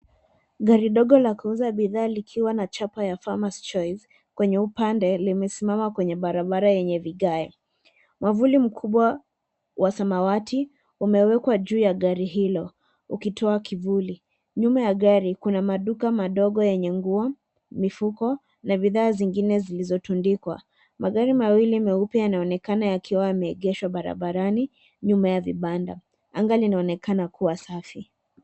Gari ndogo la kuuza bidhaa likiwa na chapa ya Farmers Choice kwenye upande limesimama kwenye barabara yenye vigae. Mwavuli mkubwa wa samawati umewekwa juu ya gari hilo ukitoa kivuli. Nyuma ya gari kuna maduka madogo yenye nguo, mifuko na bidhaa zingine zilizotundikwa. Magari mawili meupe yanaonekana yakiwa yameegeshwa barabarani nyuma ya vibanda. Anga linaonekana kuwa safi.